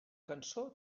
cançó